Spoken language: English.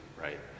right